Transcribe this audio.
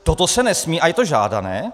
Toto se nesmí a je to žádané.